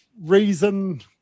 reason